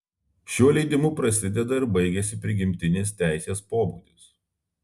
šiuo leidimu prasideda ir baigiasi prigimtinis teisės pobūdis